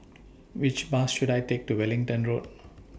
Which Bus should I Take to Wellington Road